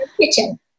kitchen